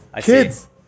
kids